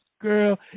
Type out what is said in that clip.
girl